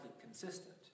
consistent